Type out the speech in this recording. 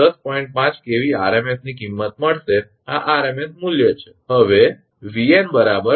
5 𝑘𝑉 rms ની કિંમત મળશે આ rms મૂલ્ય છે